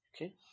okay